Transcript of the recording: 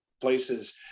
places